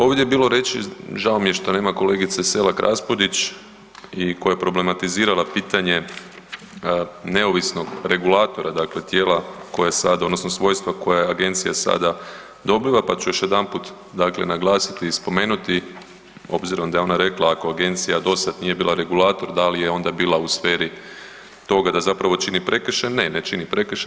Ovdje je bilo riječi, žao mi je što nema kolegice Selak Raspudić koja je problematizirala pitanje neovisnog regulatora, dakle tijela koje sada odnosno svojstva koje agencija sada dobiva, pa ću još jedanput dakle naglasiti i spomenuti, obzirom da je ona rekla ako agencija do sada nije bila regulator da li je onda bila u sferi toga da zapravo čini prekršaj, ne, ne čini prekršaj.